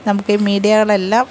നമുക്ക് ഈ മീഡിയകൾ എല്ലാം